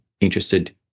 interested